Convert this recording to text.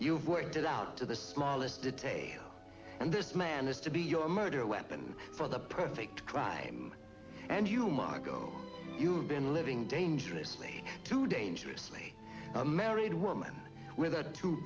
you've worked it out to the smallest detail and this man is to be your murder weapon for the perfect crime and you mark oh you've been living dangerously too dangerously a married woman with a